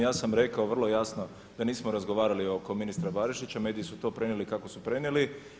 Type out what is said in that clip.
Ja sam rekao vrlo jasno da nismo razgovarali oko ministra Barišića, mediji su to prenijeli kako su prenijeli.